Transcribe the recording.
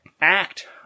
act